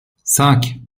cinq